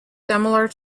similar